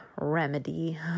remedy